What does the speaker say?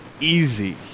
easy